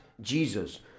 Jesus